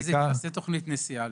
חזי, תעשה תוכנית נסיעה.